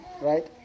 Right